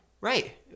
Right